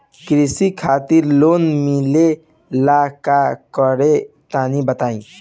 कृषि खातिर लोन मिले ला का करि तनि बताई?